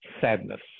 sadness